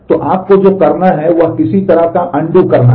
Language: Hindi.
तो आपको जो करना है वह किसी तरह का अनडू है